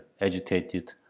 agitated